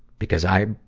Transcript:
because i,